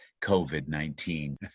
COVID-19